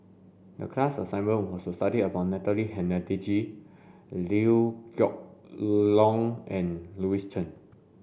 the class assignment was to study about Natalie Hennedige Liew Geok Leong and Louis Chen